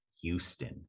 Houston